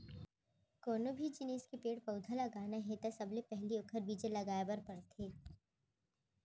कोनो भी जिनिस के पेड़ पउधा लगाना हे त सबले पहिली ओखर बीजा लगाए बर परथे